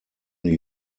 new